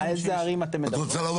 את רוצה לומר